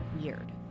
weird